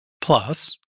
Plus